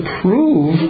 prove